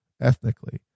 ethnically